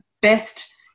best